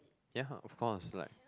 ya of cause like